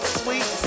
sweet